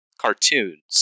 cartoons